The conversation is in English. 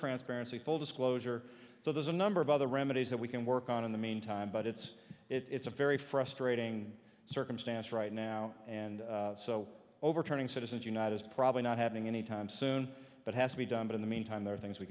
transparency full disclosure so there's a number of other remedies that we can work on in the meantime but it's it's a very frustrating circumstance right now and so overturning citizens united is probably not happening any time soon but has to be done but in the meantime there are things we